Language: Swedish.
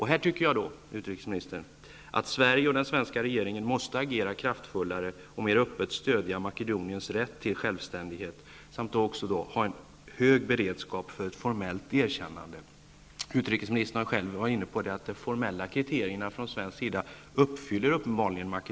Här borde Sverige och den svenska regeringen agera kraftfullare och mer öppet stödja Makedoniens rätt till självständighet. Dessutom bör man ha en hög beredskap för ett formellt erkännande. Utrikesministern var själv inne på att Makedonien uppfyller de formella kriterier som man från Sverige ställer upp.